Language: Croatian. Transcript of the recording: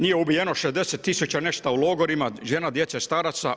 Njih je ubijeno 60 000 nešto u logorima žena, djece, staraca.